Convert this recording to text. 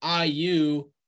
IU